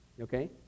Okay